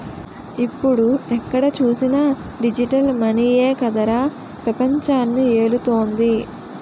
ఇప్పుడు ఎక్కడ చూసినా డిజిటల్ మనీయే కదరా పెపంచాన్ని ఏలుతోంది